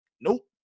nope